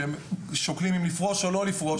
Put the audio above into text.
והם שוקלים אם לפרוש או לא לפרוש.